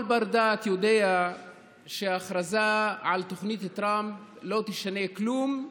כל בר-דעת יודע שההכרזה על תוכנית טראמפ לא תשנה כלום,